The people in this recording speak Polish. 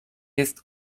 jest